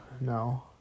no